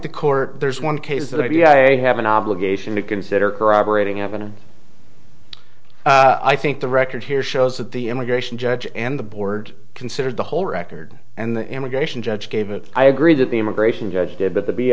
the court there's one case that if you have an obligation to consider corroborating evidence i think the record here shows that the immigration judge and the board considered the whole record and the immigration judge gave it i agree that the immigration judge did but the b